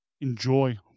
enjoy